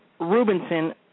Rubinson